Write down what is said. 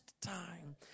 time